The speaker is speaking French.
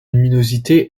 luminosité